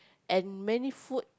and many food